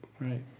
right